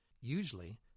Usually